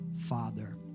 father